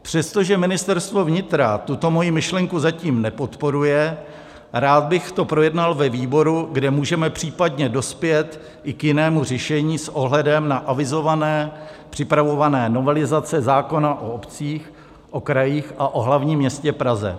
Přestože Ministerstvo vnitra tuto moji myšlenku zatím nepodporuje, rád bych to projednal ve výboru, kde můžeme případně dospět i k jinému řešení s ohledem na avizované připravované novelizace zákona o obcích, o krajích a o hlavním městě Praze.